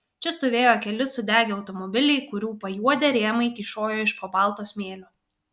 čia stovėjo keli sudegę automobiliai kurių pajuodę rėmai kyšojo iš po balto smėlio